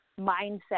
mindset